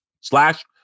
slash